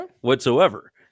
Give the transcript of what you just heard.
whatsoever